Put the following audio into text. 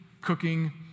cooking